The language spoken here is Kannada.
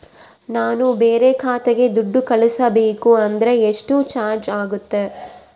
ನಾನು ಬೇರೆ ಖಾತೆಗೆ ದುಡ್ಡು ಕಳಿಸಬೇಕು ಅಂದ್ರ ಎಷ್ಟು ಚಾರ್ಜ್ ಆಗುತ್ತೆ?